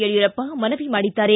ಯಡಿಯೂರಪ್ಪ ಮನವಿ ಮಾಡಿದ್ದಾರೆ